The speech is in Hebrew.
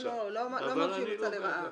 לא אמרתי שינוצל לרעה.